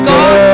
God